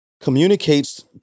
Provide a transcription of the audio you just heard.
communicates